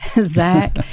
Zach